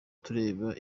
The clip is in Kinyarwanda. tureba